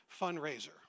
fundraiser